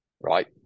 right